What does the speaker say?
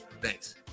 thanks